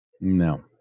No